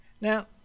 now